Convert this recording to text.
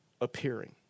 appearing